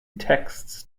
texts